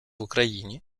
україні